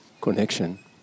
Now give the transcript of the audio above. connection